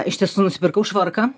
iš tiesų nusipirkau švarką